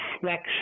flex